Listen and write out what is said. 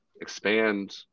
expand